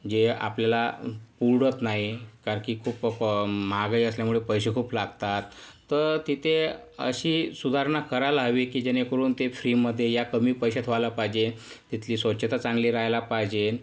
जे आपल्याला उर्दत नाही कारण की खूप महागाई असल्यामुळे पैसे खूप लागतात तर तिथे अशी सुधारणा करायला हवी की जेणेकरून ते फ्रीमध्ये या कमी पैशात व्हायला पाहिजे तिथली स्वच्छता चांगली राहायला पाहिजे